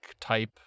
type